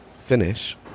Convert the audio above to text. Finish